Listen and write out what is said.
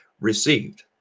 received